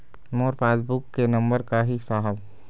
मोर passbook के number का ही साहब?